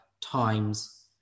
times